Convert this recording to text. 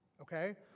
okay